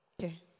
Okay